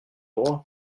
droit